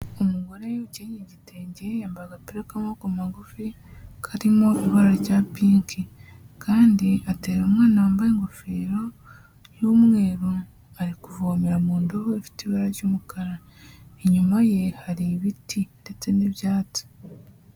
Umugore ukenyeye igitenge, yambaye agapira k'amaboko magufi, karimo ibara rya pinki, kandi ateruye umwana wambaye ingofero y'umweru, ari kuvomera mu ndobo ifite ibara ry'umukara, inyuma ye hari ibiti ndetse n'ibyatsi.